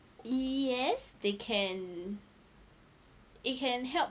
yes they can it can help